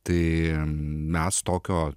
tai mes tokio